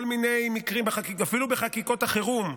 אפילו בחקיקות החירום,